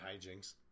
hijinks